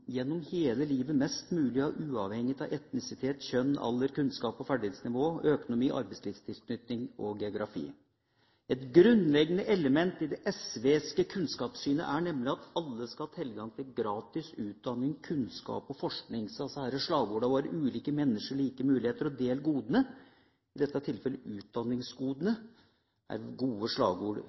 gjennom hele livet, mest mulig uavhengig av etnisitet, kjønn, alder, kunnskaps- og ferdighetsnivå, økonomi, arbeidslivstilknytning og geografi. Et grunnleggende element i SVs kunnskapssyn er nemlig at alle skal ha tilgang til gratis utdanning, kunnskap og forskning. «Ulike mennesker – like muligheter» og «Del godene», i dette tilfellet utdanningsgodene, er gode